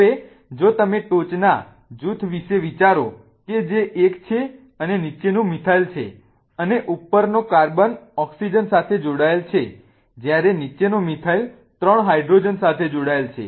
હવે જો તમે ટોચના જૂથ વિશે વિચારો કે જે એક છે અને નીચેનું મિથાઈલ છે અને ઉપરનો કાર્બન ઓક્સિજન સાથે જોડાયેલ છે જ્યારે નીચેનો મિથાઈલ 3 હાઈડ્રોજન સાથે જોડાયેલ છે